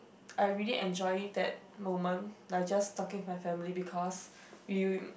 I really enjoy that moment like just talking with my family because you